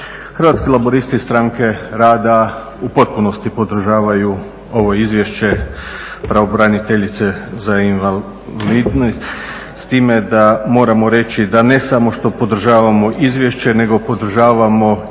Hrvatski laburisti Stranke rada u potpunosti podržavaju ovo izvješće pravobraniteljice za osobe s invaliditetom, s time da moramo reći da ne samo što podržavamo izvješće nego podržavamo i